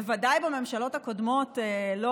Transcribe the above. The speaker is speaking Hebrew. בוודאי בממשלות הקודמות אפילו לא